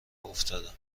افتادم